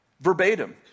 verbatim